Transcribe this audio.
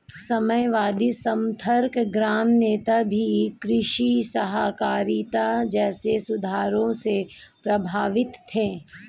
साम्यवादी समर्थक ग्राम नेता भी कृषि सहकारिता जैसे सुधारों से प्रभावित थे